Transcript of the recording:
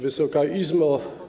Wysoka Izbo!